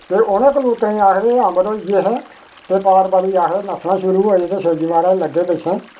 ते उंहे कबूतरे आक्खदे कि अमर होई गे है ते पार्बती आक्खदी के नस्सना शुरु होई ते शिबजी महाराज लग्गे पिच्छे